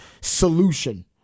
solution